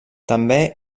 també